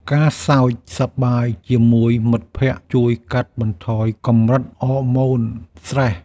ការសើចសប្បាយជាមួយមិត្តភក្តិ ជួយកាត់បន្ថយកម្រិតអរម៉ូនស្ត្រេស។